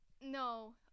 no